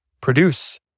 produce